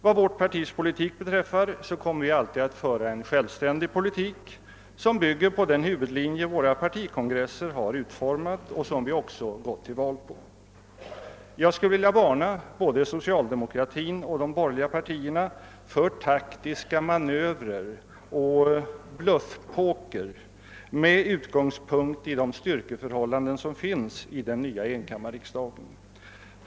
Vad vårt partis politik beträffar kommer vi alltid att föra en självständig politik, som bygger på den huvudlinje våra partikongresser har utformat och som vi också gått till val på. Jag skulle vilja varna både socialdemokratin och de borgerliga partierna för taktiska manövrer och bluffpoker med utgångspunkt i de styrkeförhållanden som finns i den nya enkammarriksdagen.